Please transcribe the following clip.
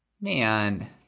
man